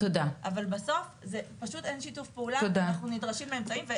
אבל בסוף פשוט אין שיתוף פעולה ואנחנו נדרשים לאמצעים.